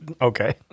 Okay